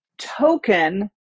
token